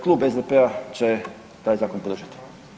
Klub SDP-a će taj zakon podržati.